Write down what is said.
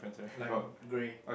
like grey